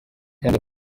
kandi